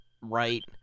right